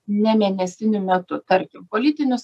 ne mėnesinių metu tarkim po lytinius